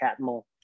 Catmull